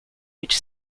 which